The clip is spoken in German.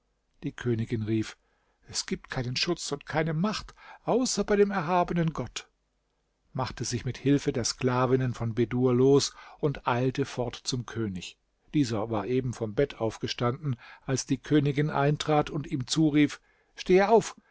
die königin rief es gibt keinen schutz und keine macht außer bei dem erhabenen gott machte sich mit hilfe der sklavinnen von bedur los und eilte fort zum könig dieser war eben vom bett aufgestanden als die königin eintrat und ihm zurief stehe auf